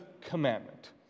commandment